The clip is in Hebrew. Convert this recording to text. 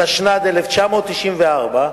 התשנ"ד 1994,